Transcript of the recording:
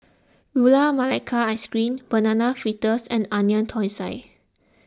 Gula Melaka Ice Cream Banana Fritters and Onion Thosai